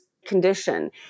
Condition